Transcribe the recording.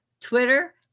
twitter